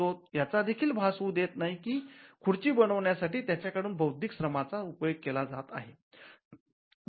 तो याचा देखील भास होऊ देत नाही की खुर्ची बनवण्यासाठी त्याच्याकडून बौद्धिक श्रमाचा उपयोग केला जात आहे